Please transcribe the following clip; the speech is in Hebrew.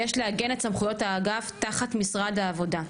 יש לעגן את סמכויות האגף תחת משרד העבודה.